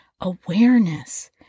awareness